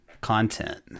content